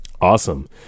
Awesome